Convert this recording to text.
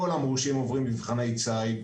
כל המורשים עוברים מבחני ציד.